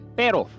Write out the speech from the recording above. pero